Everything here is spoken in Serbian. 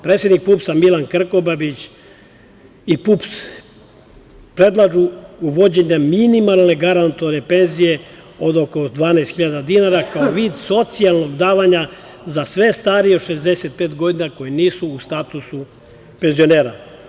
Predsednik PUPS-a Milan Krkobabić i PUPS predlažu uvođenje minimalne garantovane penzije od oko 12.000 dinara kao vid socijalnog davanja za sve starije od 65 godina koji nisu u statusu penzionera.